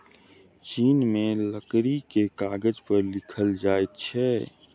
चीन में लकड़ी के कागज पर लिखल जाइत छल